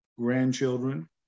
grandchildren